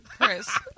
Chris